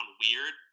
weird